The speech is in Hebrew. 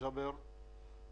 ג'אבר חמוד.